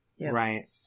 Right